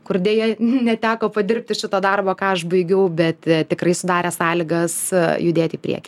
kur deja neteko padirbti šito darbo ką aš baigiau bet tikrai sudarė sąlygas judėti į priekį